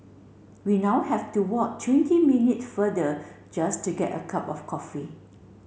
we now have to walk twenty minutes further just to get a cup of coffee